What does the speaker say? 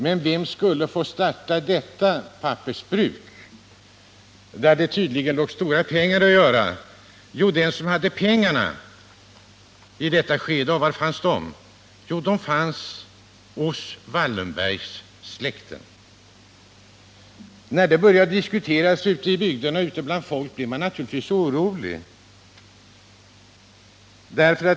Men vem skulle få starta detta pappersbruk, där det tydligen fanns stora pengar att göra? Jo, den som i detta skede hade pengarna. Och var fanns pengarna? Jo, de fanns hos Wallenbergssläkten. När detta började diskuteras ute i bygderna blev människorna naturligtvis oroliga.